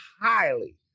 highly